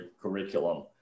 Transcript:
curriculum